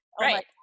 right